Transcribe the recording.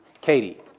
Katie